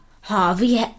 Harvey